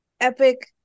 epic